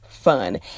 fun